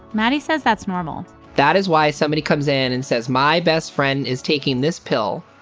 maddie says that's normal that is why somebody comes in and says, my best friend is taking this pill,